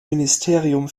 ministerium